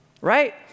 right